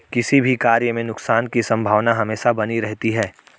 किसी भी कार्य में नुकसान की संभावना हमेशा बनी रहती है